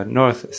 north